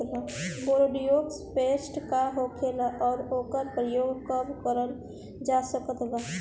Bordeaux paste का होखेला और ओकर प्रयोग कब करल जा सकत बा?